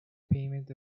payment